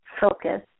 focus